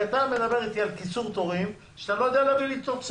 אתה מדבר איתי על קיצור תורים כאשר אתה לא יודע להביא לי תוצאה.